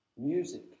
Music